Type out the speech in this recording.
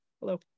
Hello